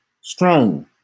strong